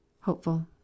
Hopeful